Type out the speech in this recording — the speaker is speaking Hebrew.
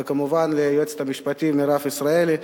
וכמובן ליועצת המשפטית מירב ישראלי.